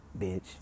bitch